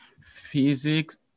physics